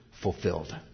fulfilled